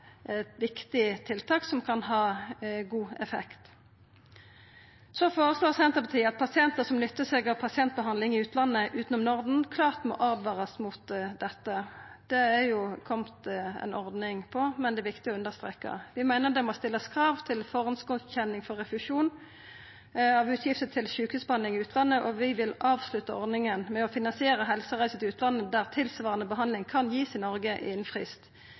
eit viktig tiltak som kan ha god effekt. Så føreslår Senterpartiet at pasientar som nyttar seg av pasientbehandling i utlandet utanom Norden, klart må åtvarast mot dette. Det er det jo kome ei ordning på, men det er viktig å understreka. Vi meiner det må stillast krav til førehandsgodkjenning for refusjon av utgifter til sjukehusbehandling i utlandet, og vi vil avslutta ordninga med å finansiera helsereiser til utlandet der tilsvarande behandling kan gis i Noreg